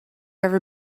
ever